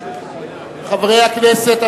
חברי הכנסת,